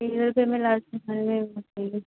में लास्ट के खाने में रखेंगे